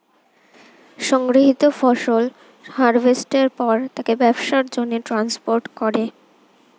সংগৃহীত ফসল হারভেস্টের পর তাকে ব্যবসার জন্যে ট্রান্সপোর্ট করে